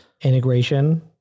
integration